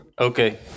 Okay